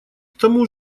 тому